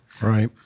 Right